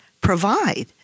provide